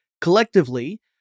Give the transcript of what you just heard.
Collectively